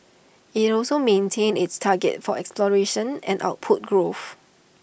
IT also maintained its targets for exploration and output growth